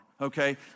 okay